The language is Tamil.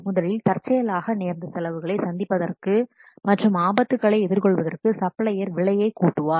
முதலில் தற்செயலாக நேர்ந்த செலவுகளை சந்திப்பதற்கு மற்றும் ஆபத்துகளை எதிர் கொள்வதற்கு சப்ளையர் விலையை கூட்டுவார்